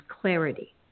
clarity